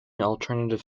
alternative